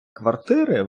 квартири